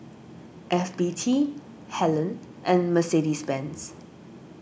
F B T Helen and Mercedes Benz